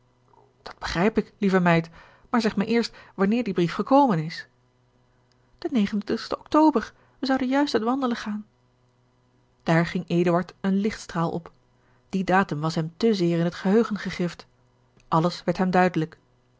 dat begrijp ik lieve meid maar zeg mij eerst wanneer die brief gekomen is en ctober wij zouden juist uit wandelen gaan daar ging eduard een lichtstraal op die datum was hem te zeer in het geheugen gegrift alles werd hem duidelijk